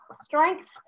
strength